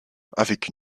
avec